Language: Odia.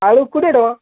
ଆଳୁ କୋଡ଼ିଏ ଟଙ୍କା